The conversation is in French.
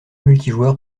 multijoueur